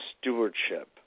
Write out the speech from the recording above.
stewardship